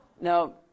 Now